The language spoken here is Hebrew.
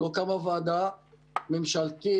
לא קמה ועדה ממשלתית,